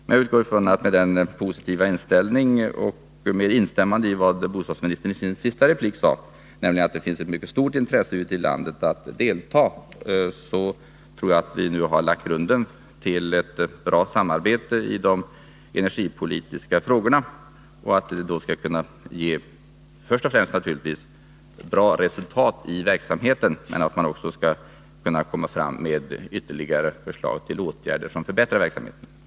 Jag utgår från att med en positiv inställning och med instämmande i vad bostadsministern sade i sitt senaste inlägg, nämligen att det ute i landet finns ett mycket stort intresse av att delta, så har vi nu lagt grunden till ett bra samarbete i de energipolitiska frågorna, att verksamheten först och främst skall kunna ge ett bra resultat men också att det kommer fram ytterligare förslag till åtgärder som förbättrar verksamheten.